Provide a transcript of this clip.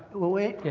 wait,